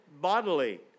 bodily